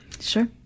Sure